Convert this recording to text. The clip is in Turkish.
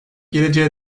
geleceğe